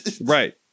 Right